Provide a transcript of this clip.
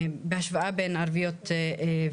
בהשוואה בין רשויות ערביות ויהודיות.